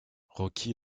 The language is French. rocky